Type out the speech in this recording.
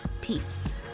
peace